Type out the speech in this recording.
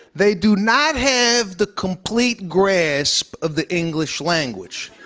they do not have the complete grasp of the english language.